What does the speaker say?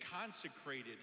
consecrated